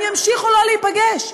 הם ימשיכו לא להיפגש.